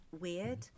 weird